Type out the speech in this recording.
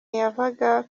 yavaga